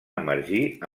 emergir